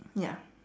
ya